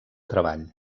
treball